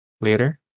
later